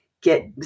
get